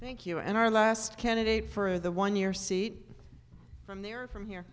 thank you and our last candidate for the one year seat from there from here